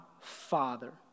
Father